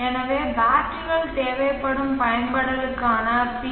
எனவே பேட்டரிகள் தேவைப்படும் பயன்பாடுகளுக்கான பி